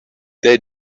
they